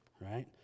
right